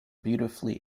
beautifully